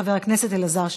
חבר הכנסת אלעזר שטרן.